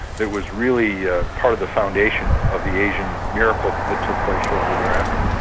it was really ah part of the foundation of the asian miracle that took place shortly thereafterkeri